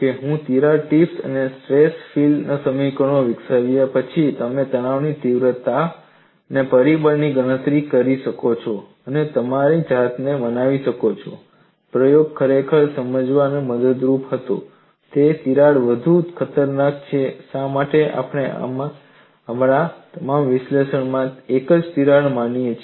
હું તિરાડ ટીપ અને સ્ટ્રેસ ફીલ્ડ સમીકરણો વિકસાવ્યા પછી તમે તણાવની તીવ્રતા પરિબળની ગણતરી કરી શકો છો અને તમારી જાતને મનાવી શકો છો પ્રયોગ ખરેખર તે સમજવામાં મદદરૂપ હતો કે કઈ તિરાડ વધુ ખતરનાક છે અને શા માટે આપણે અમારા તમામ વિશ્લેષણ માટે એક જ તિરાડ માનીએ છીએ